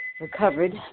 Recovered